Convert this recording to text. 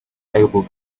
able